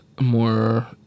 more